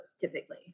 typically